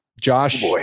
Josh